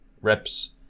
reps